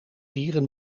dieren